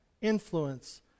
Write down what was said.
influence